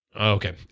Okay